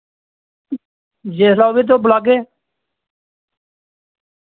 जिसलै बी तुस बुलागे